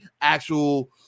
actual